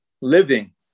living